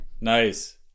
Nice